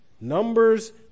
Numbers